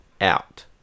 out